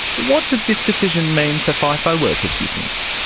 what does this decision mean for fifo workers, do you think?